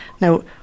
now